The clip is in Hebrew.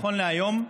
נכון להיום,